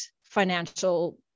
financial